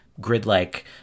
grid-like